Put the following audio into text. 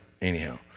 anyhow